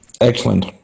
Excellent